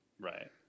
Right